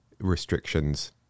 restrictions